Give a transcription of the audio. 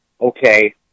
okay